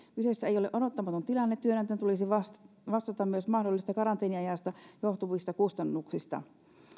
kyseessä ei ole odottamaton tilanne työnantajan tulisi vastata vastata myös mahdollisesta karanteeniajasta johtuvista kustannuksista